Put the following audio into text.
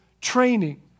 training